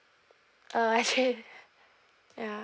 uh actually ya